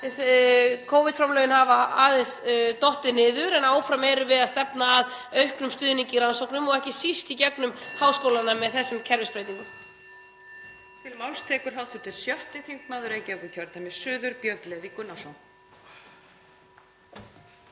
Covid-framlögin hafa aðeins dottið niður en áfram erum við að stefna að auknum stuðningi í rannsóknum, ekki síst í gegnum háskólana með þessum kerfisbreytingum.